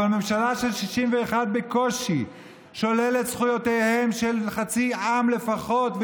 אבל ממשלה של בקושי 61 שוללת את זכויותיהם של חצי עם לפחות,